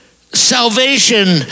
salvation